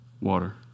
Water